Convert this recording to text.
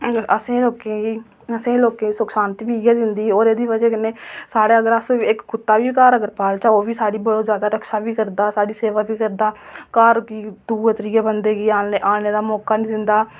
असें लोकें गी असें लोकें गी सुख शांति बी इ'यै दिंदी होर एह्दी बजह कन्नै साढ़े अस अगर इक्क कुत्ता बी अगर घर च पालचै ओह्बी साढ़ी एह्दे कोला जादै साढ़ी रक्षा बी करदा साढ़ी सेवा बी करदा घर च दूऐ त्रियै बंदे गी आने दा मौका निं दिंदा